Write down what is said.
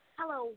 Hello